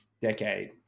decade